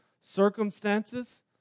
circumstances